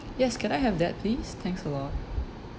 yes can I have that please thanks a lot